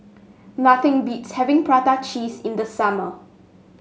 nothing beats having Prata Cheese in the summer